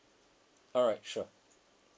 alright sure